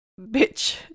bitch